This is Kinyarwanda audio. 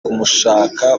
kumushaka